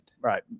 Right